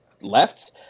left